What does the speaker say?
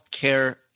care